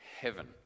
heaven